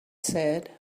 said